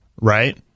right